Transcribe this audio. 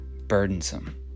burdensome